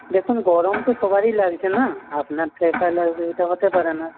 দেখুন গরম তো সবারই লাগছে না আপনার তো একা লাগবে এটা হতে পারে না